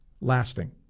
lasting